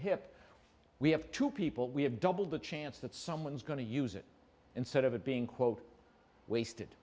hip we have two people we have doubled the chance that someone's going to use it instead of it being quote wasted